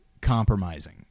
compromising